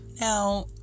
Now